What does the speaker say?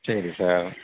சரி சார்